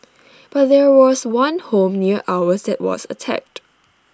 but there was one home near ours that was attacked